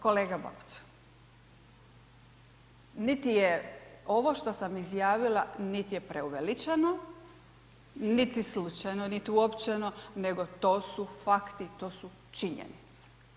Kolega Babić, niti je ovo što sam izjavio, niti je preuveličano, niti slučajno, niti uopćeno, nego to su fakti, to su činjenice.